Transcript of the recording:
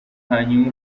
hanyuma